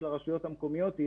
של הרשויות המקומיות,